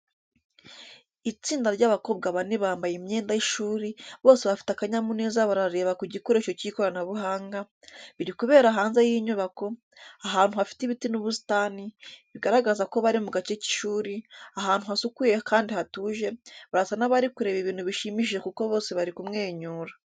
itsinda ry'abakobwa bane bambaye imyenda y’ishuri, bose bafite akanyamuneza barareba ku gikoresho cy'ikoranabuhanga, biri kubera hanze y’inyubako, ahantu hafite ibiti n'ubusitani, bigaragaza ko bari mu gace k'ishuri, ahantu hasukuye kandi hatuje, barasa n'abari kureba ibintu bishimishije kuko bose bari kumwenyura.